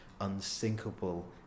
unsinkable